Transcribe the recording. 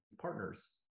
partners